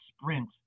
sprint